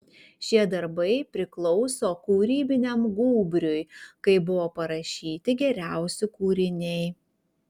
šie darbai priklauso kūrybiniam gūbriui kai buvo parašyti geriausi kūriniai